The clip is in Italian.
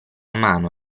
mano